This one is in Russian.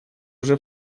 уже